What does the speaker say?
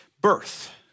Birth